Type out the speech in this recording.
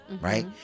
right